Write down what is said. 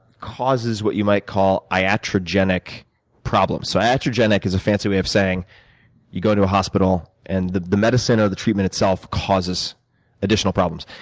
causes what you might call iatrogenic problems. so iatrogenic is a fancy way of saying you go to a hospital, and the the medicine of the treatment itself causes additional problems.